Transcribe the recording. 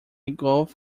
golf